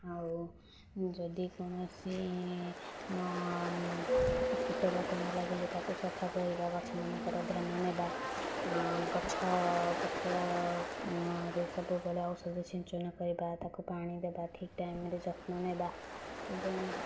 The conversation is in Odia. ଆଉ ଯଦି କୌଣସି କୀଟପତଙ୍ଗ ଲାଗିଲେ ତାକୁ ସଫା କରିବା ଗଛମାନଙ୍କର ଧ୍ୟାନ ନେବା ଗଛ ପତ୍ର ରେ ସବୁବେଳେ ଔଷଧ ସିଞ୍ଚନ କରିବା ତାକୁ ପାଣି ଦେବା ଠିକ ଟାଇମରେ ଯତ୍ନ ନେବା ଏବଂ